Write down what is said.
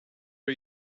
are